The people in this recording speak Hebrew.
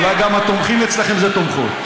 אולי גם התומכים אצלכם זה תומכות.